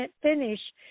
finish